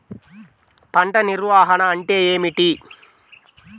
పంట నిర్వాహణ అంటే ఏమిటి?